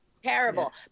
terrible